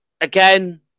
again